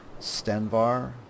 Stenvar